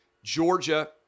Georgia